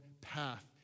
path